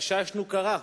חששנו קרה,